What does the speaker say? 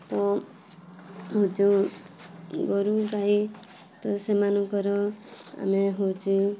ଓ ଯେଉଁ ଗୋରୁଗାଈ ତ ସେମାନଙ୍କର ଆମେ ହେଉଛି